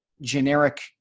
generic